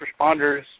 responders